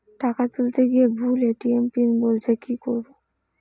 টাকা তুলতে গিয়ে ভুল এ.টি.এম পিন বলছে কি করবো?